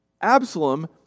Absalom